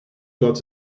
got